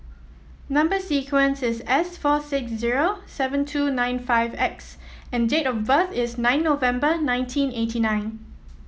number sequence is S four six zero seven two nine five X and date of birth is nine November nineteen eighty nine